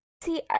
See